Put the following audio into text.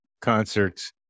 concerts